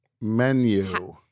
menu